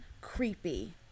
creepy